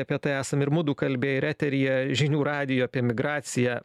apie tai esam ir mudu kalbėję ir eteryje žinių radijo apie migraciją